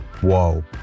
Whoa